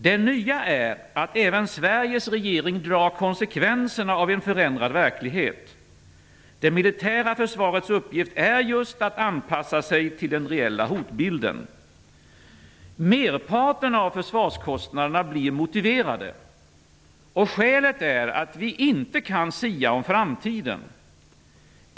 Det nya är att även Sveriges regering drar ut konsekvenserna av en förändrad verklighet. Det militära försvarets uppgift är att anpassa sig till den reella hotbilden. Merparten av försvarskostnaderna blir motiverade. Skälet är att vi inte kan sia om framtiden.